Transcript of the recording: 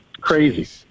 Crazy